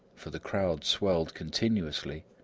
for the crowd swelled continuously,